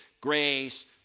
grace